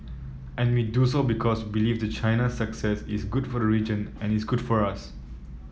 and we do so because believe that China's success is good for the region and is good for us